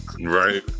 Right